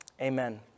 Amen